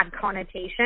connotation